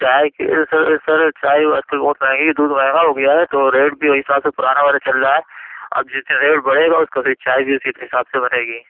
چائے کی sir sir چائے آج کل بہت مہنگی دُودھ مہنگا ہو گیا ہے تو ریٹ بھی اُس حساب سے پرانا والا چل رہا ہے اب جتنے ریٹ بڑھے گا اُس کا پھر چائے بھی اُسی حساب سے بنے گی